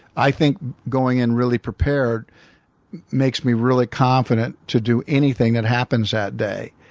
i think going in really prepared makes me really confident to do anything that happens that day.